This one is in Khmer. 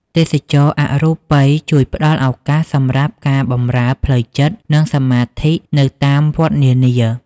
ទេសចរណ៍អរូបីជួយផ្ដល់ឱកាសសម្រាប់ការបម្រើផ្លូវចិត្ត និងសមាធិនៅតាមវត្តនានា។